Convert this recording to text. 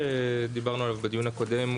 שדיברנו עליו בדיון הקודם,